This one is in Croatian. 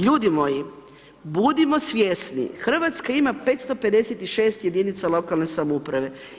Ljudi moji, budimo svjesni, Hrvatska ima 556 jedinica lokalne samouprave.